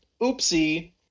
Oopsie